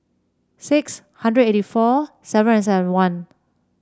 six hundred eighty four seven and seven one